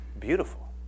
beautiful